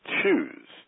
choose